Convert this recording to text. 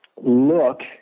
look